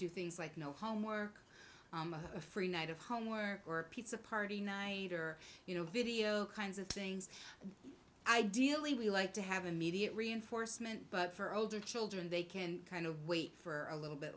do things like no more free night of homework or pizza party night or you know video kinds of things ideally we like to have immediate reinforcement but for older children they can kind of wait for a little bit